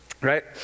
right